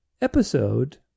episode